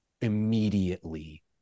immediately